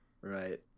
Right